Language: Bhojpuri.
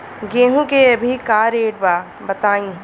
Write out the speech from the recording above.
गेहूं के अभी का रेट बा बताई?